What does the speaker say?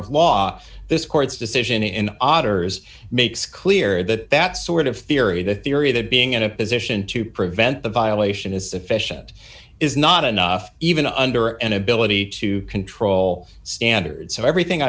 of law this court's decision in auditors makes clear that that sort of theory the theory that being in a position to prevent the violation is sufficient is not enough even under an ability to control standards so everything